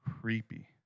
Creepy